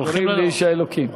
הולכים לאיש האלוקים.